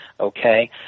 Okay